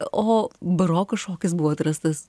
o baroko šokis buvo atrastas